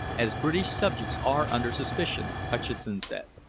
as british subjects are under suspicion, hutcheson said.